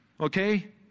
Okay